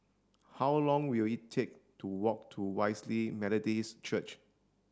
how long will it take to walk to Wesley Methodist Church